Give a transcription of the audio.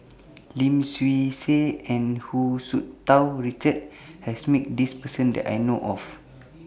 Lim Swee Say and Hu Tsu Tau Richard has Met This Person that I know of